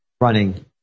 running